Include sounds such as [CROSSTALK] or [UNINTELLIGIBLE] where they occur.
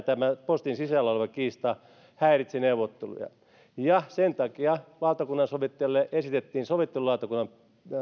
[UNINTELLIGIBLE] tämä postin sisällä oleva kiista häiritsi neuvotteluja sen takia valtakunnansovittelijalle esitettiin sovittelulautakunnan